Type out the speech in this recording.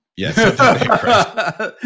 Yes